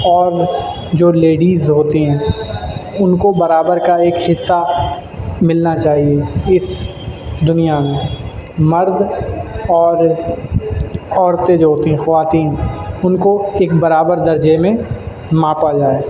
اور جو لیڈیز ہوتی ہیں ان کو برابر کا ایک حصہ ملنا چاہیے اس دنیا میں مرد اور عورتیں جو ہوتی ہیں خواتین ان کو ایک برابر درجے میں ماپا جائے